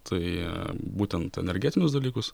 tai būtent energetinius dalykus